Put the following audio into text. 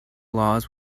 laws